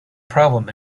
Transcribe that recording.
problem